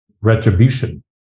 retribution